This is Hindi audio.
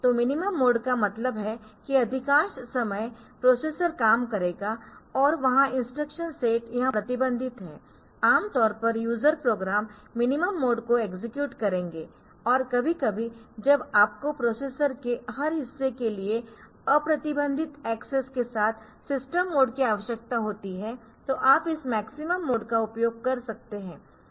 तो मिनिमम मोड का मतलब है कि अधिकांश समय प्रोसेसर काम करेगा और वहां इंस्ट्रक्शन सेट यह प्रतिबंधित है आम तौर पर यूजर प्रोग्राम मिनिमम मोड को एक्सेक्यूट करेंगे और कभी कभी जब आपको प्रोसेसर के हर हिस्से के लिए अप्रतिबंधित एक्सेस के साथ सिस्टम मोड की आवश्यकता होती है तो आप इस मैक्सिमम मोड का उपयोग कर सकते है